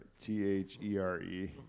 t-h-e-r-e